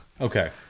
Okay